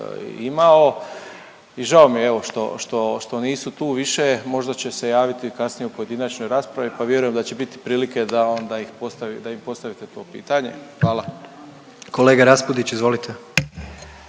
što, što, što nisu tu više, možda će se javiti kasnije u pojedinačnoj raspravi pa vjerujem da će biti prilike da onda ih da im postavite to pitanje. Hvala. **Jandroković, Gordan